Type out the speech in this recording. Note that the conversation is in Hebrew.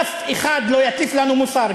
אף אחד לא יטיף לנו מוסר,